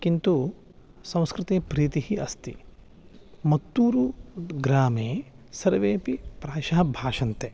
किन्तु संस्कृते प्रीतिः अस्ति मत्तुरु ग्रामे सर्वेपि प्रायशः भाषन्ते